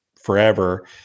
forever